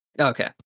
Okay